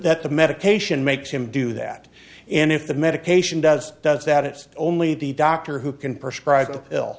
that the medication makes him do that and if the medication does does that it's only the doctor who can prescribe